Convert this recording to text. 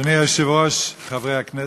אדוני היושב-ראש, חברי הכנסת,